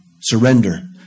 Surrender